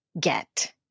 get